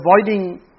avoiding